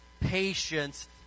patience